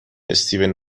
استیون